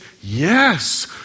Yes